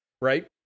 right